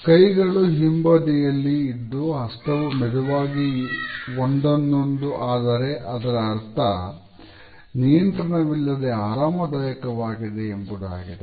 ಕೈಗಳು ಹಿಂಬದಿಯಲ್ಲಿ ಇದ್ದು ಹಸ್ತವೂ ಮೆದುವಾಗಿ ಒಂದನ್ನೊಂದು ಆದರೆ ಅದರ ಅರ್ಥ ನಿಯಂತ್ರಣವಿಲ್ಲದೆ ಆರಾಮದಾಯಕವಾಗಿದೆ ಎಂಬುದಾಗಿದೆ